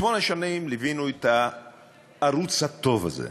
שמונה שנים ליווינו את הערוץ הטוב הזה.